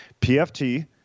pft